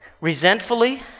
resentfully